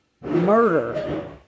Murder